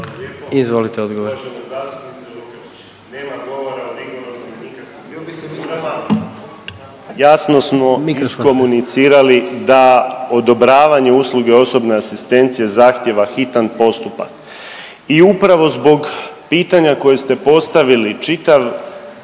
Mikrofon/… iskomunicirali da odobravanje usluge osobne asistencije zahtjeva hitan postupak i upravo zbog pitanja koje ste postavili, čitav